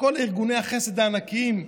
כל ארגוני החסד הענקיים.